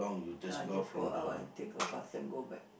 then I just go out and take a bus and go back